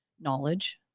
knowledge